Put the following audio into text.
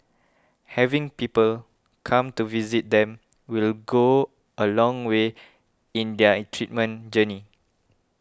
having people come to visit them will go a long way in their treatment journey